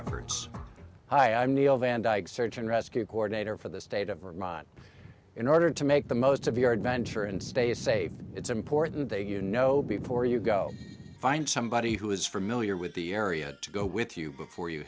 efforts hi i'm neal van dyke search and rescue coordinator for the state of vermont in order to make the most of the yard venture and stay a safe it's important that you know before you go find somebody who is familiar with the area to go with you before you